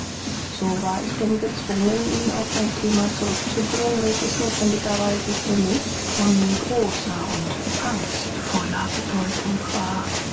so war ich denn gezwungen ihn auf ein thema zurückzubringen welches notwendigerweise für mich von großer und angstvoller bedeutung war